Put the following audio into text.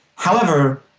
however,